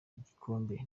ibikombe